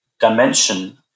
dimension